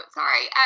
sorry